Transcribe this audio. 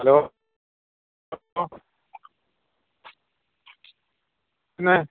hello പിന്നേ